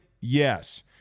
Yes